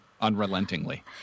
unrelentingly